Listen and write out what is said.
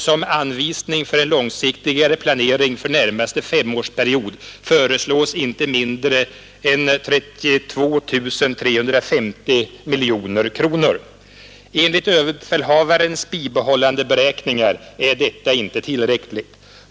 Som anvisning för en långsiktigare planering för närmaste femårsperiod föreslås inte mindre än 32 350 miljoner kronor. Enligt överbefälhavarens bibehållandeberäkningar är detta inte tillräckligt.